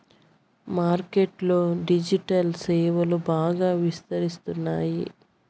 market లో digital సేవలు బాగా విస్తరిస్తున్నారు